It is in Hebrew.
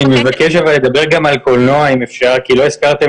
אני מבקש לדבר גם על קולנוע כי לא הזכרתם